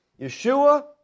Yeshua